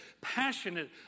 passionate